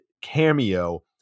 cameo